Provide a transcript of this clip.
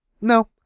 no